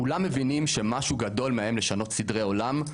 כולם מבינים שמשהו גדול מאיים לשנות סדרי עולם,